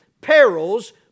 perils